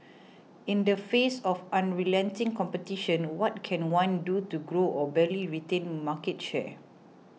in the face of unrelenting competition what can one do to grow or barely retain market share